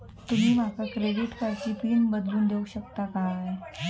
तुमी माका क्रेडिट कार्डची पिन बदलून देऊक शकता काय?